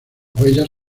huellas